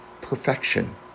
perfection